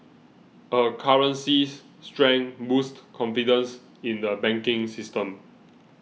a currency's strength boosts confidence in the banking system